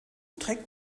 trägt